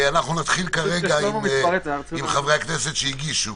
יש שישה חברי כנסת שהגישו